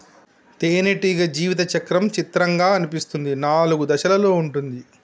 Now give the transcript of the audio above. తేనెటీగ జీవిత చక్రం చిత్రంగా అనిపిస్తుంది నాలుగు దశలలో ఉంటుంది